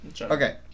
Okay